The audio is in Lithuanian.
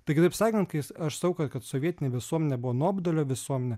tai kitaip sakant kai aš sakau kad kad sovietinė visuomenė buvo nuobodulio visuomenė